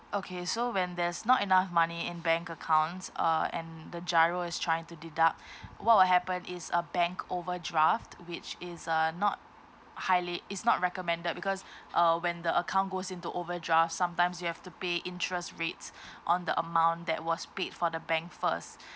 okay so when there's not enough money in bank account uh and the GIRO is trying to deduct what will happen is a bank overdraft which is uh not highly it's not recommended because uh when the account goes into overdraft sometimes you have to pay interest rates on the amount that was paid for the bank first